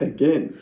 Again